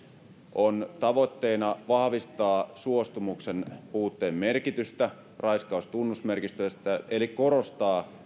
on tavoitteena vahvistaa suostumuksen puutteen merkitystä raiskaustunnusmerkistössä eli korostaa